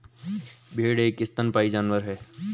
भेड़ एक स्तनपायी जानवर है